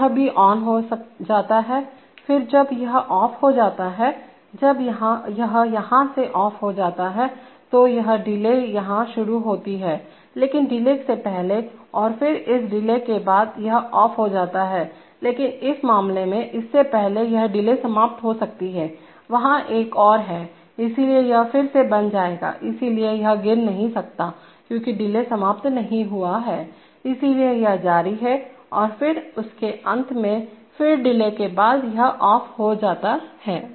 तो यह भी ऑन हो जाता है फिर जब यह ऑफ हो जाता है जब यह यहां से ऑफ हो जाता है तो यह डिले यहां शुरू होती है लेकिन डिले से पहले और फिर इस डिले के बाद यह ऑफ हो जाता है लेकिन इस मामले में इससे पहले यह डिले समाप्त हो सकती है वहाँ एक और है इसलिए यह फिर से बन जाएगा इसलिए यह गिर नहीं सकता क्योंकि डिले समाप्त नहीं हुआ है इसलिए यह जारी है और फिर इसके अंत में फिर डिले के बाद यह ऑफ हो जाता है